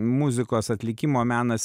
muzikos atlikimo menas